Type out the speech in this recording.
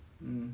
um